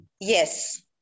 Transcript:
Yes